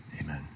Amen